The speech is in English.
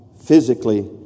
Physically